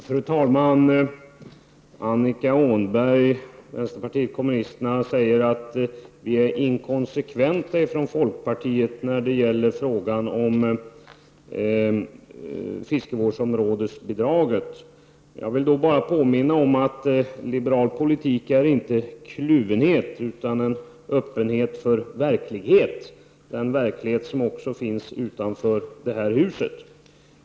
Fru talman! Annika Åhnberg, vänsterpartiet kommunisterna, säger att vi i folkpartiet är inkonsekventa när det gäller frågan om fiskevårdsområdesbidraget. Jag vill då bara påminna om att liberal politik inte är kluvenhet utan en öppenhet för verklighet, den verklighet som också finns utanför detta hus.